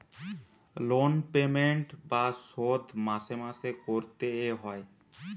loan payment বা শোধ মাসে মাসে করতে এ হয়